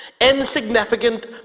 insignificant